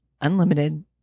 unlimited